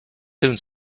soon